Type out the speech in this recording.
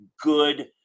good